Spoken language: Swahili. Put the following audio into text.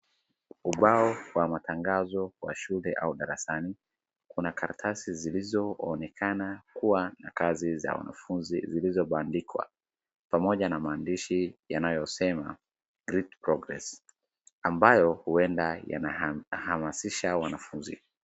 Ubao wa matangazo wa shule au darasani kuna karatasi zilizo onekana kuwa na kazi za wanafunzi zilizo bandikwa pamoja na maandishi yanayosema great progress[cs ]ambayo huenda yana hamasisha wanafunzi .